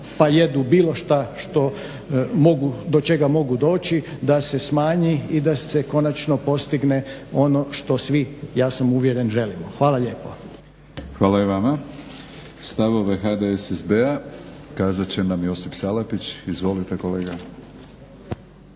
pa jedu bilo šta što mogu, do čega mogu doći da se smanji i da se konačno postigne ono što svi, ja sam uvjeren, želimo. Hvala lijepo. **Batinić, Milorad (HNS)** Hvala i vama. Stavove HDSSB-a kazat će nam Josip Salapić. Izvolite kolega.